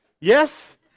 Yes